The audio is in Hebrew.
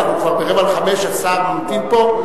אנחנו כבר ב-16:45 והשר ממתין פה,